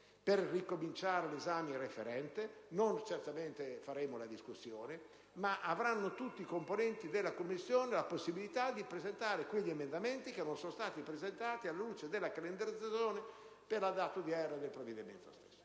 per ricominciarne l'esame in sede referente. Non faremo certamente la discussione, ma tutti i componenti della Commissione avranno la possibilità di presentare quegli emendamenti che non sono stati presentati alla luce della calendarizzazione per la data odierna del provvedimento stesso.